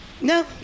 No